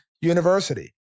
university